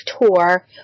tour